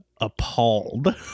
appalled